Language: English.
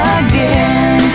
again